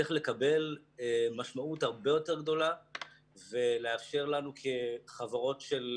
צריך לקבל משמעות הרבה יותר גדולה ולאפשר לנו כחברות של